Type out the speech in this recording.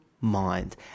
mind